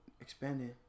expanding